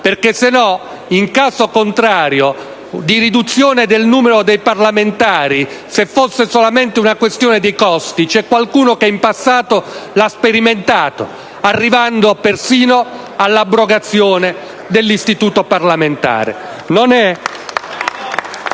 le nostre istituzioni. La riduzione del numero dei parlamentari non è solamente una questione di costi, e qualcuno in passato l'ha sperimentato, arrivando persino all'abrogazione dell'istituto parlamentare.